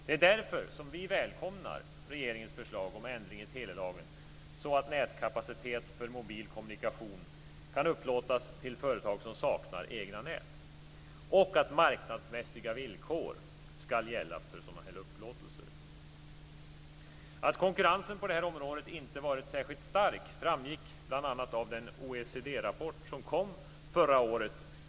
Det är därför som vi välkomnar regeringens förslag om en ändring i telelagen, så att nätkapacitet för mobil kommunikation kan upplåtas till företag som saknar egna nät och att marknadsmässiga villkor ska gälla för sådana här upplåtelser. Att konkurrensen på det här området inte har varit särskilt stark framgick bl.a. av den OECD-rapport som kom förra året.